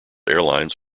airlines